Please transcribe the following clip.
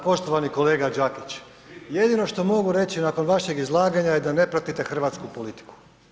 Poštovani kolega Đakić, jedino što mogu reći nakon vašeg izlaganja je da ne pratite hrvatsku politiku.